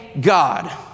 God